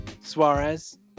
Suarez